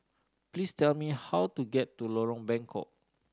please tell me how to get to Lorong Bengkok